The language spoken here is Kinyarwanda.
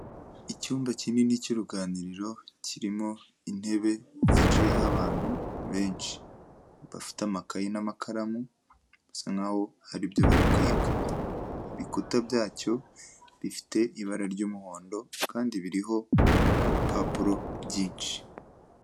Icyumba kinini cy'uruganiriro, kirimo intebe zicayeho abantu benshi. Bafite amakaye n'amakaramu, bisa nk'aho hari ibyo bari kwiga. Ibikuta byacyo bifite ibara ry'umuhondo kandi biriho ibipapuro byinshi.